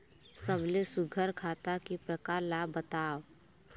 सबले सुघ्घर खाता के प्रकार ला बताव?